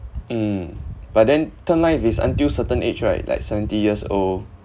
mm but then term life is until certain age right like seventy years old